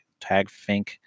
tagfink